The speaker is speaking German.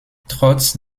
trotz